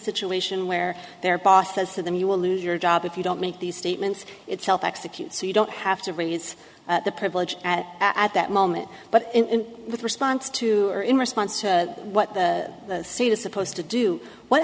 situation where their boss says to them you will lose your job if you don't make these statements itself execute so you don't have to release the privilege at at that moment but in response to in response to what they see the supposed to do what